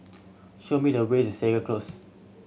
show me the way to Segar Close